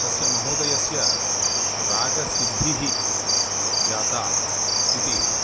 तस्य महोदयस्य रागसिद्धिः जाता इति